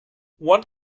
one